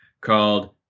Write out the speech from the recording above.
called